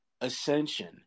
ascension